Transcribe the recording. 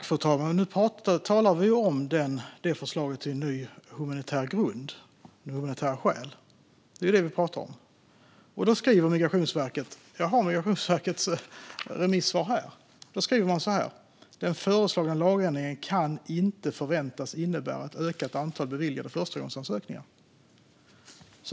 Fru talman! Nu talar vi om förslaget till en ny humanitär grund och humanitära skäl. Jag har Migrationsverkets remissvar här, och de skriver så här: "Den föreslagna lagändringen kan . inte förväntas innebära ett ökat antal beviljade förstagångsansökningar."